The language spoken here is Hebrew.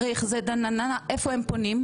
לאן הם פונים?